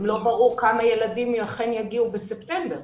גם לא ברור כמה ילדים אכן יגיעו בספטמבר.